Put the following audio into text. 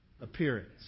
appearance